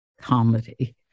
comedy